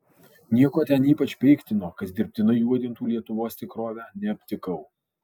nieko ten ypač peiktino kas dirbtinai juodintų lietuvos tikrovę neaptikau